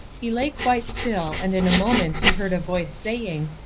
he lay quite still, and in a moment he heard a voice saying,